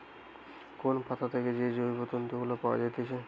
কোন পাতা থেকে যে জৈব তন্তু গুলা পায়া যাইতেছে